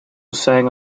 sang